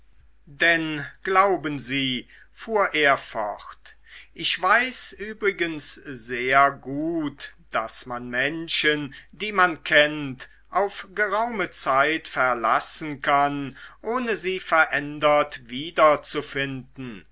denn glauben sie fuhr er fort ich weiß übrigens sehr gut daß man menschen die man kennt auf geraume zeit verlassen kann ohne sie verändert